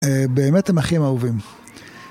באמת הם אחים אהובים.